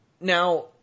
Now